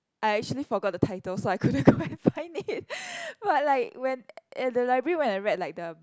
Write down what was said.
I actually forgot the title so I couldn't go and find it but like when at the library when I read like the